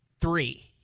three